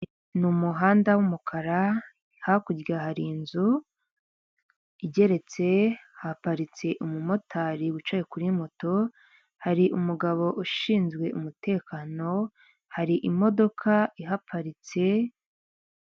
Ni umuhanda w'umukara, hakurya hari inzu igeretse, haparitse umumotari wicaye kuri moto, hari umugabo ushinzwe umutekano, hari imodoka iparitse,